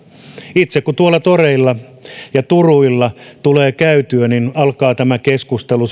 itse kun tuolla toreilla ja turuilla tulee käytyä alkaa tämä keskustelu